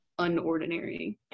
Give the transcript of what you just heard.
unordinary